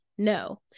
No